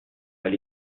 mal